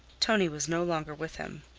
tonie was no longer with him.